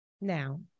now